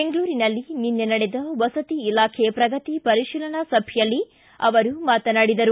ಬೆಂಗಳೂರಿನಲ್ಲಿ ನಿನ್ನೆ ನಡೆದ ವಸತಿ ಇಲಾಖೆ ಪ್ರಗತಿ ಪರಿತೀಲನಾ ಸಭೆಯಲ್ಲಿ ಅವರು ಮಾತನಾಡಿದರು